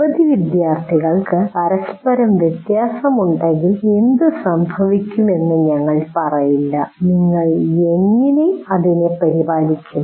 നിരവധി വിദ്യാർത്ഥികൾക്ക് പരസ്പരം വ്യത്യാസമുണ്ടെങ്കിൽ എന്തുസംഭവിക്കുമെന്ന് ഞങ്ങൾ പറയില്ല നിങ്ങൾ അതിനെ എങ്ങനെ പരിപാലിക്കും